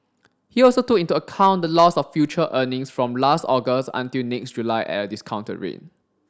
he also took into account the loss of future earnings from last August until next July at a discounted rate